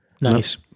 Nice